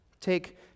Take